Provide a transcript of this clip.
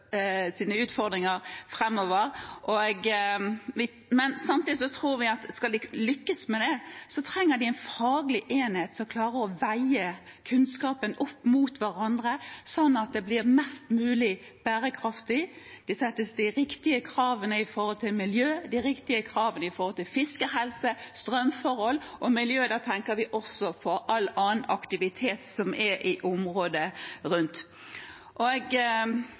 sine utfordringer framover. Men samtidig tror vi at om vi skal lykkes med det, trenger de en faglig enhet som klarer å veie kunnskapen opp mot hverandre, slik at det blir mest mulig bærekraftig, og at de riktige kravene settes når det gjelder miljø, fiskehelse og strømforhold. Og med miljø tenker vi også på all annen aktivitet som er i området rundt. Som jeg